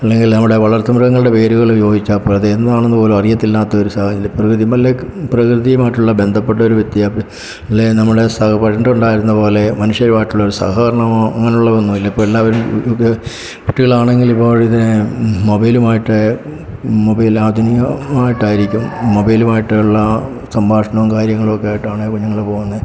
അല്ലെങ്കിൽ അവിടെ വളർത്തുമൃഗങ്ങളുടെ പേരുകൾ ചോദിച്ചാൽ അപ്പോൾ അത് എന്താണെന്നുപോലും അറിയത്തില്ലാത്ത ഒരു പ്രകൃതിമലെ പ്രകൃതിയുമായിട്ടുളള ബന്ധപ്പെട്ട ഒരു അല്ലെങ്കിൽ നമ്മുടെ സഹപാഠി പണ്ട് ഉണ്ടായിരുന്നതുപോലെ മനുഷ്യരുമായിട്ടുള്ള ഒരു സഹകരണമോ അങ്ങനെയുള്ളതൊന്നും ഇല്ല ഇപ്പം എല്ലാവരും കുട്ടികൾ ആണെങ്കിൽ മൊബൈലുമായിട്ട് മൊബൈൽ ആധുനികമായിട്ടായിരിക്കും മൊബൈലുമായിട്ടുള്ള സംഭാഷണം കാര്യങ്ങളുമൊക്കെയായിട്ട് ആണെങ്കിൽ കുഞ്ഞുങ്ങൾ പോകുന്നത്